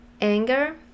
anger